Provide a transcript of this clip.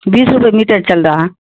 بیس روپیہ میٹر چل رہا